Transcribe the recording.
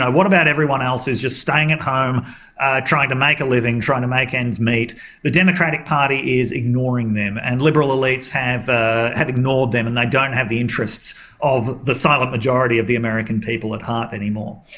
what about everyone else who's just staying at home trying to make a living, trying to make ends meet the democratic party is ignoring them and liberal elites have ah have ignored them and they don't have the interests of the silent majority of the american people at heart anymore.